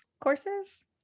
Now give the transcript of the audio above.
courses